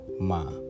Ma